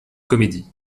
comédie